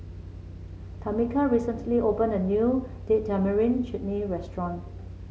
Tamika recently opened a new Date Tamarind Chutney Restaurant